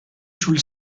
sul